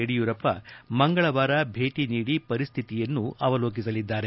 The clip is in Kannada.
ಯಡಿಯೂರಪ್ಪ ಮಂಗಳವಾರ ಭೇಟಿ ನೀಡಿ ಪರಿಸ್ಥಿತಿಯನ್ನು ಅವಲೋಕಿಸಲಿದ್ದಾರೆ